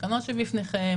התקנות שבפניכם,